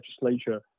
Legislature